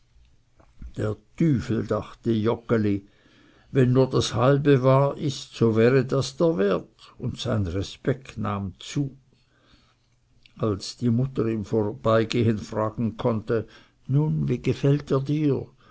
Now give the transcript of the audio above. dr tüfel dachte joggeli wenn nur das halbe wahr ist so wäre das der wert und sein respekt nahm zu als die mutter im vorbeigehen fragen konnte nun wie gefällt er dir